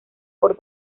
por